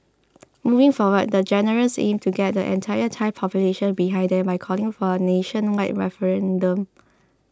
moving forward the generals aim to get the entire Thai population behind them by calling for a nationwide referendum